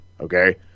Okay